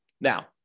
Now